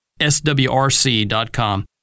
swrc.com